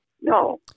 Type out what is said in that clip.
No